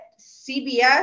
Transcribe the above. CBS